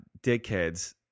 dickheads